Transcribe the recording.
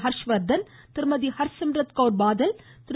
ஹா்ஷ் வா்த்தன் திருமதி ஹா்சிம்ரத் கவுர் பாதல் திரு